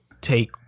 take